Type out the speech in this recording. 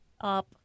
up